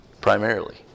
primarily